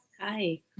Hi